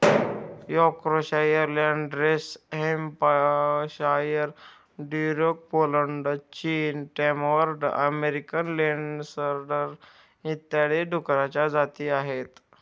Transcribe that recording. Yorkshire, Landrace Hampshire, Duroc Poland, चीन, Tamworth American लेन्सडर इत्यादी डुकरांच्या जाती आहेत